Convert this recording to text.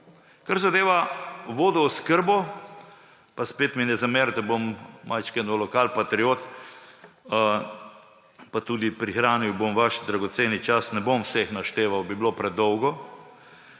Kar zadeva vodooskrbo, pa spet mi ne zameriti, bom malo lokalpatriot, pa tudi prihranil bom vaš dragoceni čas, ne bom vseh našteval, bi bilo predolgo,